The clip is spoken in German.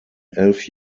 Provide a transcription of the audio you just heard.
elf